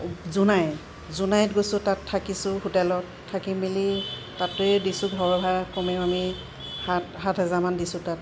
জোনাই জোনাইত গৈছোঁ তাত থাকিছোঁ হোটেলত থাকি মেলি তাতে দিছোঁ ঘৰ ভাড়া কমেও আমি সাত সাত হেজাৰমান দিছোঁ তাত